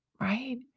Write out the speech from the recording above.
right